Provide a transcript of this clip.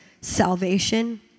salvation